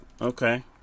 Okay